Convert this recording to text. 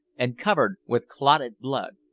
and covered with clotted blood.